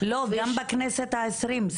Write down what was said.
גם בכנסת העשרים.